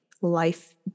life